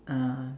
uh